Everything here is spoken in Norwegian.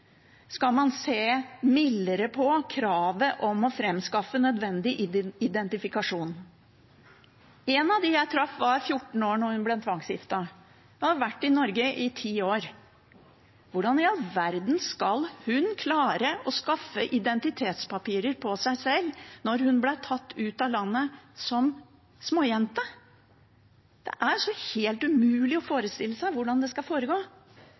skal man se mildere på kravet om å framskaffe nødvendig identifikasjon. En av dem jeg traff, var 14 år da hun ble tvangsgiftet, og hun har vært i Norge i ti år. Hvordan i all verden skal hun klare å skaffe identitetspapirer for seg selv, når hun ble tatt ut av landet som småjente? Det er helt umulig å forestille seg hvordan det skal foregå.